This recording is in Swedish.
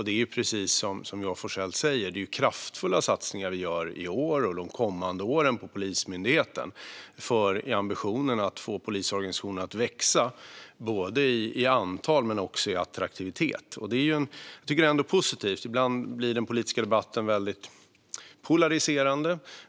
Det är precis som Johan Forssell säger. Det är kraftfulla satsningar vi gör i år och de kommande åren på Polismyndigheten. Ambitionen är att få polisorganisationen att växa både i antal och i attraktivitet. Det är ändå positivt. Ibland blir den politiska debatten väldigt polariserande.